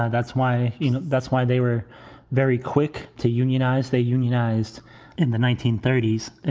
that's why you know that's why they were very quick to unionize. they unionized in the nineteen thirty s,